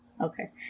Okay